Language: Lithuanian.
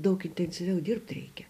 daug intensyviau dirbt reikia